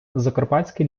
закарпатські